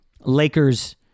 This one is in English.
Lakers